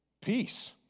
peace